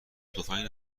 تفنگ